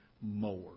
more